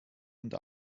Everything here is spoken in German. und